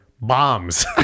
bombs